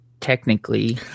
technically